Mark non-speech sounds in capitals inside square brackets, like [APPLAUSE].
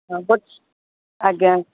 [UNINTELLIGIBLE] ଆଜ୍ଞା